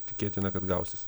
tikėtina kad gausis